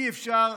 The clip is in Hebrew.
אי-אפשר.